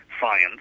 science